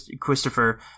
Christopher